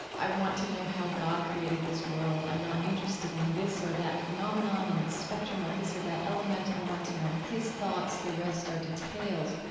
i want to know how god created this world. i'm not interested in this or that phenomenon, in the spectrum of this or that element. i want to know his thoughts. the rest are details.